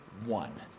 one